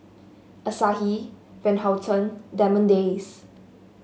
Asahi Van Houten Diamond Days